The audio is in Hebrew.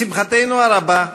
לשמחתנו הרבה,